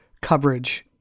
coverage